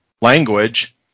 language